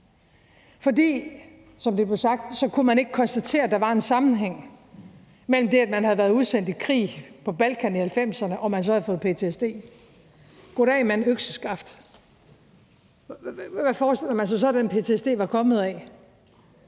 fordi man, som det blev sagt, ikke kunne konstatere, at der var en sammenhæng mellem det, at man havde været udsendt i krig på Balkan i 1990'erne, og at man havde fået ptsd. Goddag mand økseskaft. Hvad forestillede man sig så, at den ptsd var kommet af?